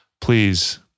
please